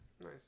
Nice